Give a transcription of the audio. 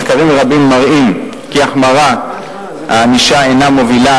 מחקרים רבים מראים כי החמרת הענישה אינה מובילה